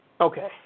Okay